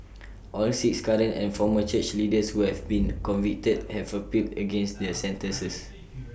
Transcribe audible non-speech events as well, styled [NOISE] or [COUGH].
[NOISE] all six current and former church leaders who have been convicted have appealed against their sentences